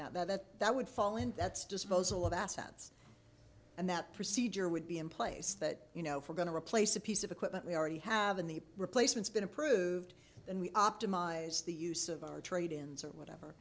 that that that would fall in that's disposal of assets and that procedure would be in place that you know if we're going to replace a piece of equipment we already have in the replacements been approved and we optimize the use of our trade ins or whatever